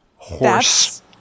Horse